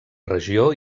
regió